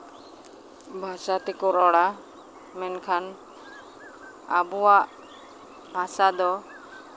ᱵᱷᱟᱥᱟ ᱛᱮᱠᱚ ᱨᱚᱲᱟ ᱢᱮᱱᱠᱷᱟᱱ ᱟᱵᱚᱣᱟᱜ ᱵᱷᱟᱥᱟ ᱫᱚ